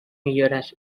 millores